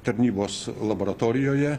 tarnybos laboratorijoje